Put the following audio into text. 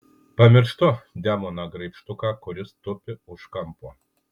pamirštu demoną graibštuką kuris tupi už kampo